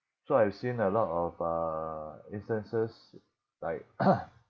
so I've seen a lot of uh instances like